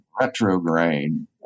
retrograde